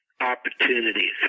opportunities